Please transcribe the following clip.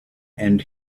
and